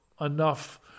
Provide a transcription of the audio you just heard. enough